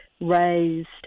raised